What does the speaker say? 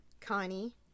Connie